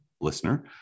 listener